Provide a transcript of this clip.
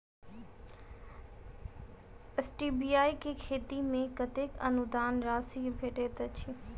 Stevia केँ खेती मे कतेक अनुदान राशि भेटैत अछि?